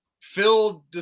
Phil